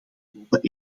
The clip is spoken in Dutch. lopen